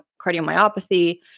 cardiomyopathy